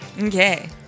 Okay